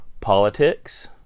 Politics